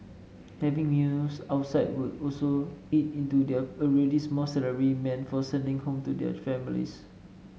having meals outside would also eat into their already small salary meant for sending home to their families